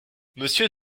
monsieur